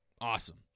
Awesome